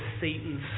Satan's